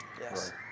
Yes